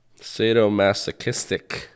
sadomasochistic